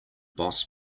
boss